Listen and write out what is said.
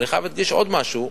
אני חייב להדגיש עוד משהו: